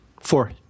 four